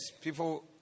people